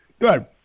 Good